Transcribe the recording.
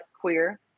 queer